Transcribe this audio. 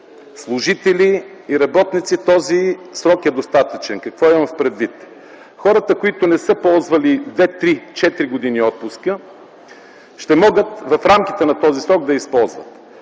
служители и работници този срок е достатъчен. Какво имам предвид? Хората, които не са ползвали 2-3-4 години отпуск, ще могат в рамките на този срок да го използват.